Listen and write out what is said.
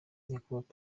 nyakubahwa